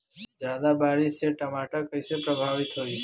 ज्यादा बारिस से टमाटर कइसे प्रभावित होयी?